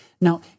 Now